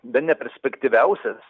bene perspektyviausias